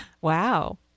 Wow